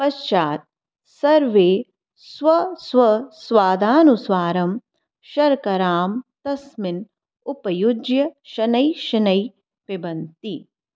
पश्चात् सर्वे स्वस्वस्वादानुसारं शर्करां तस्मिन् उपयुज्य शनैः शनैः पिबन्ति